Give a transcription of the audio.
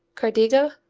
cardiga,